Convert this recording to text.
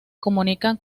comunican